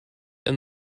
and